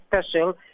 special